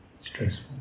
Stressful